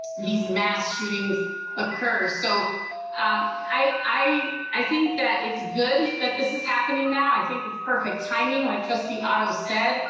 these mass shootings occur. so um i i think that it's good that this is happening now. i think it's perfect timing, like trustee otto said.